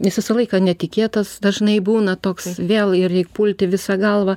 nes visą laiką netikėtas dažnai būna toks vėl ir reik pulti visa galva